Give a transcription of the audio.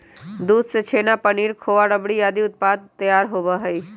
दूध से छेना, पनीर, खोआ, रबड़ी आदि उत्पाद तैयार होबा हई